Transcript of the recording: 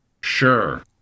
Sure